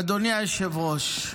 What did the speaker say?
אדוני היושב-ראש,